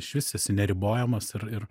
išvis esi neribojamas ir ir